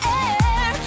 air